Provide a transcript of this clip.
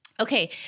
Okay